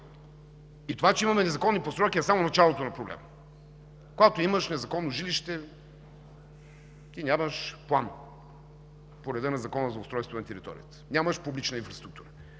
и това, че имаме незаконни постройки е само началото на проблема. Когато имаш незаконно жилище, ти нямаш план по реда на Закона за устройство на територията, нямаш публична инфраструктура.